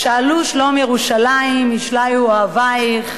"שאלו שלום ירושלים, ישליו אהביך,